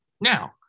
Now